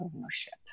ownership